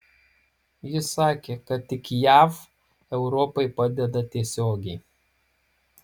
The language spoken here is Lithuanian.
jis sakė kad tik jav europai padeda tiesiogiai